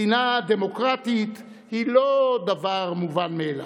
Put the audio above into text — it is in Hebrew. מדינה דמוקרטית היא לא דבר מובן מאליו.